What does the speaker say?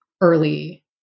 early